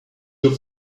your